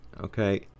Okay